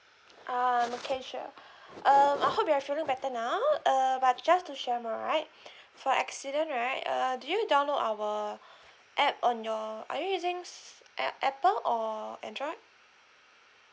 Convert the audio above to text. ah okay sure um I hope you are feeling better now uh but just to share more right for accident right uh do you download our app on your are you using s~ apple or android